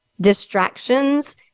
distractions